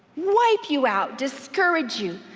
wipe you out, discourage you,